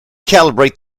calibrate